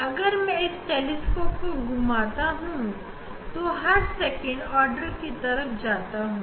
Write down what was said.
अगर मैं इस टेलीस्कोप को घुमाता हूं तो मैं सेकंड ऑर्डर की तरफ जाता हूं